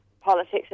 politics